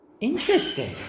Interesting